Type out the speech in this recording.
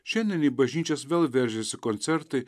šiandien į bažnyčias vėl veržiasi koncertai